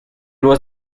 was